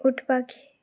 উট পাখি